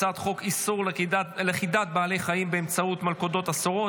הצעת חוק איסור לכידת בעלי חיים באמצעות מלכודות אסורות,